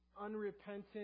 unrepentant